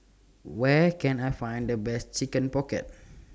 Where Can I Find The Best Chicken Pocket